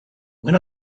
when